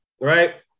right